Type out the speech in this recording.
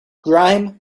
grime